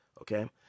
okay